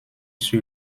sur